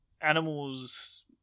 animals